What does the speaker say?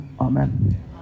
Amen